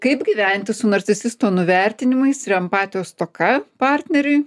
kaip gyventi su narcisisto nuvertinimais ir empatijos stoka partneriui